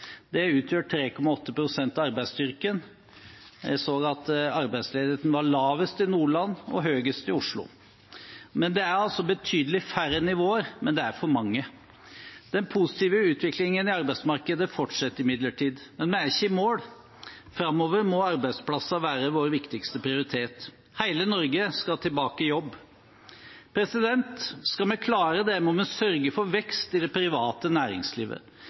Det utgjør 3,8 pst. av arbeidsstyrken. Jeg så at arbeidsledigheten var lavest i Nordland og høyest i Oslo. Det er betydelig færre enn i vår, men det er for mange. Den positive utviklingen i arbeidsmarkedet fortsetter imidlertid, men vi er ikke i mål. Framover må arbeidsplasser være vår viktigste prioritet. Hele Norge skal tilbake i jobb. Skal vi klare det, må vi sørge for vekst i det private næringslivet.